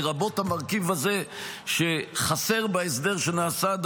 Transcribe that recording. לרבות המרכיב הזה שחסר בהסדר שנעשה עד